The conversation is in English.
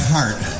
Heart